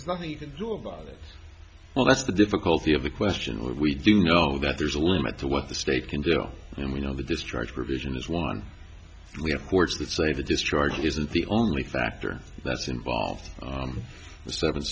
there's nothing you can do about it well that's the difficulty of the question we do know that there's a limit to what the state can do and we know the discharge provision is one we have courts that say the discharge isn't the only factor that's involved